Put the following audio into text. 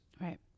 Right